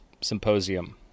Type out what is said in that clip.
Symposium